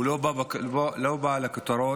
הוא כמעט לא בא לכותרות,